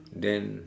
then